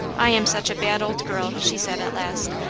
i am such a bad old girl, she said, at last,